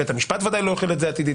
בית המשפט ודאי לא החיל את זה עתידית,